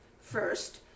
First